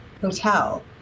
hotel